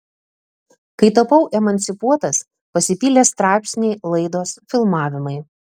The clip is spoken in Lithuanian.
kai tapau emancipuotas pasipylė straipsniai laidos filmavimai